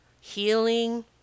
healing